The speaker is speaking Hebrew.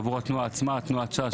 עבור תנועת ש"ס,